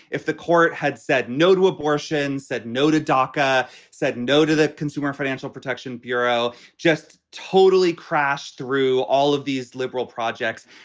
if the court had said no to abortion, said no to dacca, said no to the consumer financial protection bureau, just totally crashed through all of these liberal projects.